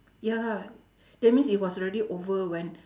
ya lah that means it was already over when